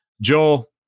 Joel